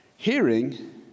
Hearing